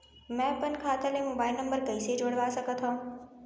मैं अपन खाता ले मोबाइल नम्बर कइसे जोड़वा सकत हव?